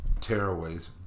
tearaways